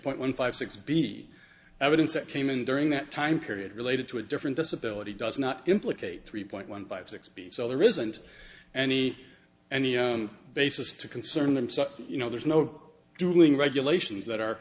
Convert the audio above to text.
point one five six b evidence that came in during that time period related to a different disability does not implicate three point one five six b so there isn't any any basis to concern them so you know there's no doing regulations that are